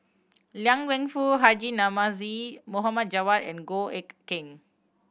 Liang Wenfu Haji Namazie Mohd Javad and Goh Eck Kheng